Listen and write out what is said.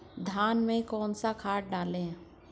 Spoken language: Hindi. धान में कौन सा खाद डालें?